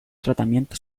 tratamiento